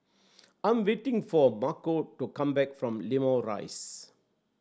I'm waiting for Marco to come back from Limau Rise